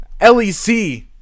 LEC